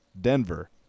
Denver